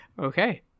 Okay